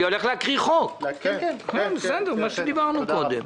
אני הולך להקריא הצעת חוק, בסדר, מה שדיברנו קודם.